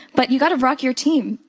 but you gotta rock your team.